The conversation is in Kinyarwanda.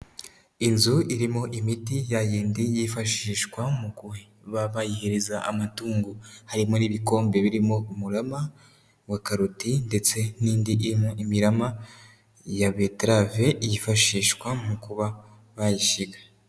Inzu irimo imiti ya yindi yifashishwa bayihereza amatungo. Harimo n' ibikombe birimo umurama wa karoti ndetse n'indi irimo mirama ya betarave yifashishwa mu kuba bayishinga.